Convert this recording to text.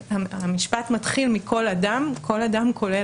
המשפט מתחיל מ"כל אדם" ו"כל אדם" כולל